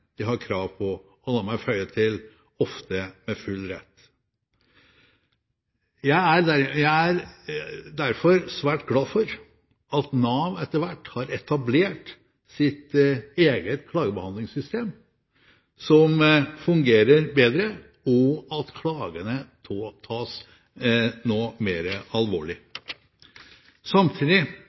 de har krav på – og la meg føye til, ofte med full rett. Jeg er derfor svært glad for at Nav etter hvert har etablert sitt eget klagebehandlingssystem som fungerer bedre, og at klagene nå tas